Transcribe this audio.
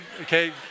okay